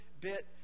bit